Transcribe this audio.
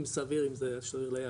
אם זה סביר אם זה אפשרי ליעד,